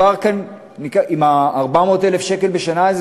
עם ה-400,000 בשנה האלה,